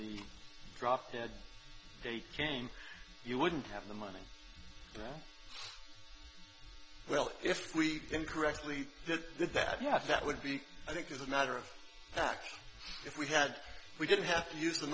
the drop dead date came you wouldn't have the money that well if we incorrectly did that yeah that would be i think as a matter of fact if we had we didn't have to use the